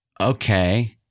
Okay